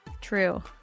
true